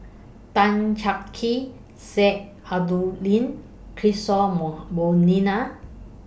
Tan Cheng Kee Sheik Alau'ddin Kishore Mo